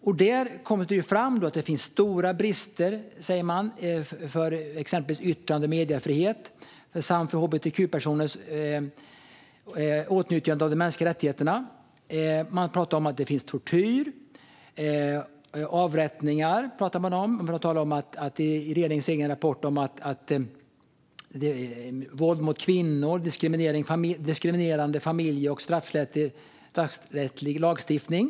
I den framkom att det finns stora brister i yttrande och mediefrihet samt i hbtq-personers åtnjutande av mänskliga rättigheter. Det förekommer tortyr, avrättningar, våld mot kvinnor och diskriminerande familje och straffrättslig lagstiftning.